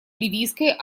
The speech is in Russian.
ливийской